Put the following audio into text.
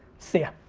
see ya.